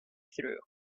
through